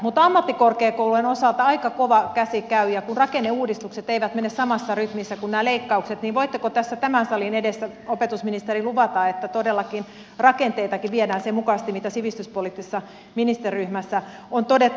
mutta ammattikorkeakoulujen osalta aika kova käsi käy ja kun rakenneuudistukset eivät mene samassa rytmissä kuin nämä leikkaukset niin voitteko opetusministeri tässä tämän salin edessä luvata että todellakin rakenteitakin viedään sen mukaisesti mitä sivistyspoliittisessa ministeriryhmässä on todettu